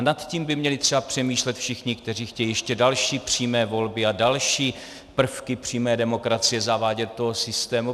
Nad tím by třeba měli přemýšlet všichni, kteří chtějí ještě další přímé volby a další prvky přímé demokracie zavádět do toho systému.